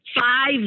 Five